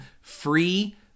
free